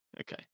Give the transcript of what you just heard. Okay